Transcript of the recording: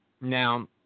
now